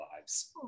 lives